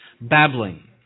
babbling